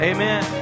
Amen